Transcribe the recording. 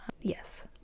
Yes